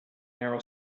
narrow